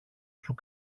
σου